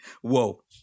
Whoa